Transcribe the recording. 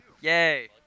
Yay